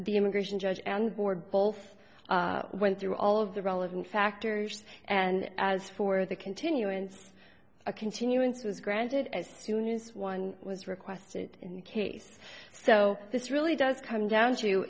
the immigration judge and board both went through all of the relevant factors and as for the continuance a continuance was granted as soon as one was requested in the case so this really does come down to